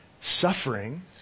suffering